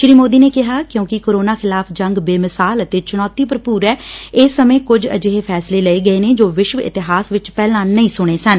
ਸ਼੍ਰੀ ਸੋਦੀ ਨੇ ਕਿਹਾ ਕਿਉਂਕਿ ਕੋਰੋਨਾ ਖਿਲਾਫ ਜੰਗ ਬੇਮਿਸਾਲ ਅਤੇ ਚੁਣੌਤੀ ਭਰਪੁਰ ਏ ਇਸ ਸਮੇਂ ਕੁਝ ਅਜਿਹੇ ਫੈਸਲੇ ਲਏ ਗਏ ਨੇ ਜੋ ਵਿਸ਼ਵ ਇਤਿਹਾਸ ਵਿਚ ਪਹਿਲਾਂ ਨਹੀ ਸੁਣੇ ਸਨ